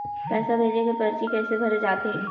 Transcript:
पैसा भेजे के परची कैसे भरे जाथे?